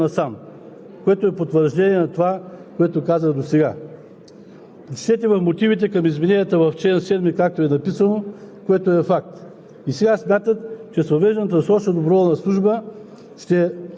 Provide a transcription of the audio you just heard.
Интересно е, че самите управляващи посочват в мотивите, че само 70 човека са получили военна подготовка за служба от 2015 г. насам, което е потвърждение на това, което казах досега.